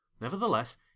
Nevertheless